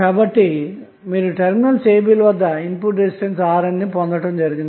కాబట్టి మీరు terminals a b ల వద్ద ఇన్పుట్ రెసిస్టెన్స్ RN ని పొందుతారు